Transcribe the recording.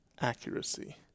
accuracy